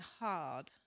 hard